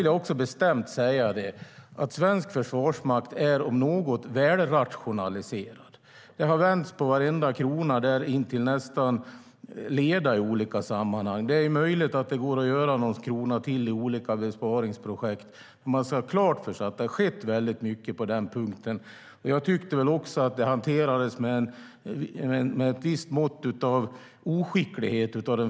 Jag menar bestämt att svensk försvarsmakt, om något, är väl rationaliserad. Där har vänts på varenda krona nästan till leda. Det är möjligt att det går att spara någon krona till i olika besparingsprojekt, men man ska ha klart för sig att det har skett väldigt mycket på den punkten. Jag tycker att den förra regeringen hanterade detta med ett visst mått av oskicklighet.